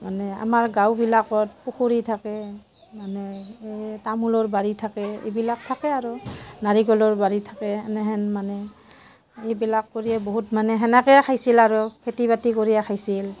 মানে আমাৰ গাঁওবিলাকত পুখুৰী থাকে মানে এই তামোলৰ বাৰী থাকে এইবিলাক থাকে আৰু নাৰিকলৰ বাৰী থাকে সেনেহেন মানে এইবিলাক কৰিয়ে বহুত মানে তেনেকৈ খাইছিল আৰু খেতি বাতি কৰিয়ে খাইছিল